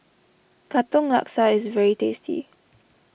Katong Laksa is very tasty